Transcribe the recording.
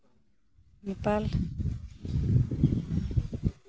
Nepal